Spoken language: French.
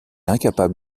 incapable